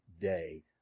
day